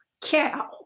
cow